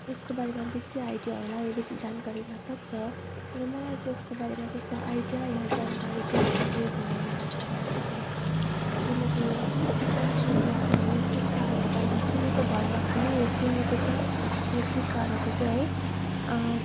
यसको बारेमा बेसी आइडिया होला या बेसा जानकारी हुनसक्छ तर मलाई चाहिँ यसको बारेमा त्यस्तो आइडिया या जानकारी चाहिँ मलाई चाहिँ भएन यसको बारेमा चाहिँ किनकि मैले चाहिँ यो कुराहरू यो सिक्काहरूको बारेमा सुनेको भरमा खालि सुनेको त यो सिक्काहरूको चाहिँ है